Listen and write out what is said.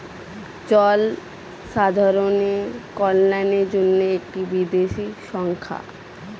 জনসাধারণের কল্যাণের জন্য এক বিদেশি সংস্থা